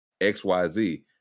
xyz